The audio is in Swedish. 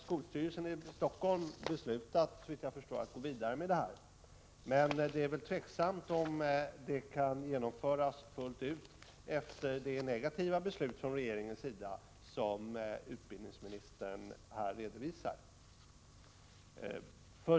Skolstyrelsen i Stockholm har nu såvitt jag förstår beslutat att gå vidare med denna försöksverksamhet, men det är väl osäkert om den kan genomföras fullt ut efter det negativa beslut från regeringens sida som utbildningsministern här redovisar.